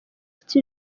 city